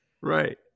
Right